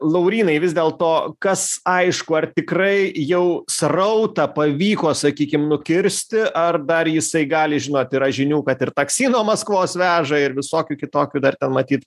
laurynai vis dėl to kas aišku ar tikrai jau srautą pavyko sakykim nukirsti ar dar jisai gali žinot yra žinių kad ir taksi nuo maskvos veža ir visokių kitokių dar ten matyt